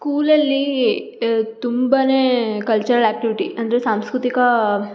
ಸ್ಕೂಲಲ್ಲಿ ತುಂಬ cultural activity ಅಂದರೆ ಸಾಂಸ್ಕೃತಿಕ